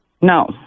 No